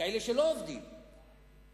כאלה שלא עובדים - נכים,